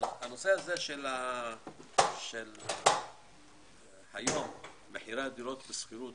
הנושא של מחירי דירות לשכירות,